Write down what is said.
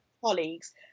colleagues